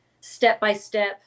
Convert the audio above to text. step-by-step